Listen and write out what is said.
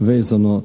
vezano